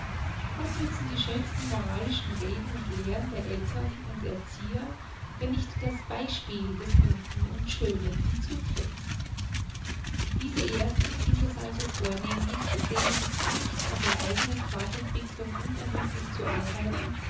was nützen die schönsten moralischen reden und lehren der eltern und erzieher wenn nicht das beispiel des guten und schönen hinzutritt diese ersten sind es also vornehmlich denen die pflicht an der eigenen fortentwicklung unermüdlich zu arbeiten